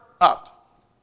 up